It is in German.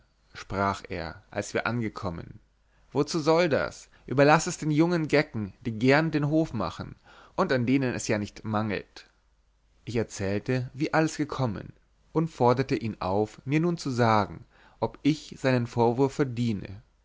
sprach er als wir angekommen wozu soll das überlaß es den jungen gecken die gern den hof machen und an denen es ja nicht mangelt ich erzählte wie alles gekommen und forderte ihn auf mir nun zu sagen ob ich seinen vorwurf verdiene